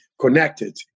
connected